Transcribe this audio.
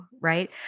right